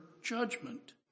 Judgment